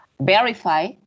verify